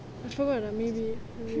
I forgot oh maybe